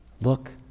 Look